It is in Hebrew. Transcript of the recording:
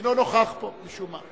שאינו נוכח פה משום מה.